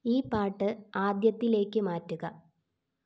ഈ പാട്ട് ആദ്യത്തിലേക്ക് മാറ്റുക